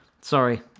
Sorry